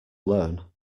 learn